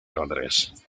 londres